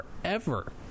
forever